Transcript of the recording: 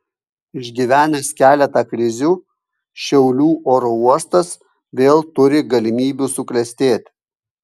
išgyvenęs keletą krizių šiaulių oro uostas vėl turi galimybių suklestėti